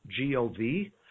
.gov